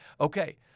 Okay